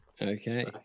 Okay